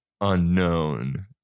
unknown